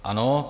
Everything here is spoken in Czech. Ano.